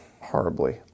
horribly